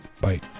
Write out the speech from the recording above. Bye